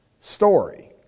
story